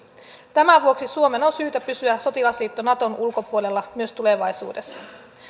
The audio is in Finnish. tämän vuoksi suomen on syytä pysyä sotilasliitto naton ulkopuolella myös tulevaisuudessa